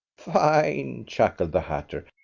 fine! chuckled the hatter.